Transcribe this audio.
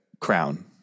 crown